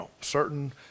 certain